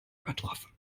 übertroffen